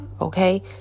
Okay